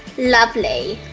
lovely.